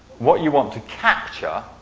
what you want to capture